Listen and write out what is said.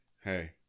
Hey